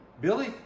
Billy